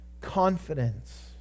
confidence